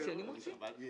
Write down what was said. אני לא רוצה ליפול בהצבעה.